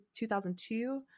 2002